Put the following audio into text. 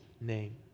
name